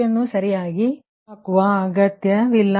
ಆದ್ದರಿಂದ p ಅನ್ನು ಹಾಕುವ ಅಗತ್ಯವಿಲ್ಲ